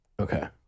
Okay